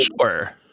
sure